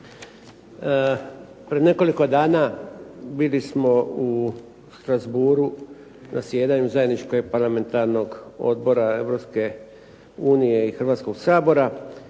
Pred nekoliko dana bili smo u Strasbourgu na zasjedanju Zajedničkog parlamentarnog odbora Europske unije i Hrvatskog sabora